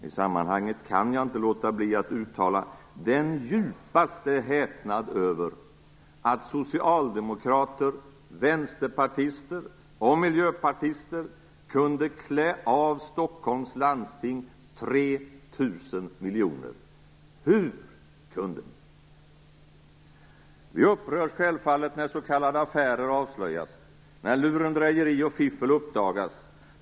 I sammanhanget kan jag inte låta bli att uttala den djupaste häpnad över att socialdemokrater, vänsterpartister och miljöpartister kunde klä av Stockholms landsting 3 000 miljoner. Hur kunde ni? Vi upprörs självfallet när s.k. affärer avslöjas och när lurendrejeri och fiffel uppdagas.